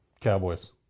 Cowboys